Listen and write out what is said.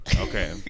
Okay